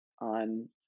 on